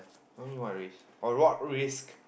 what too mean what race what risk